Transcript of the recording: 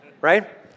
Right